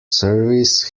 service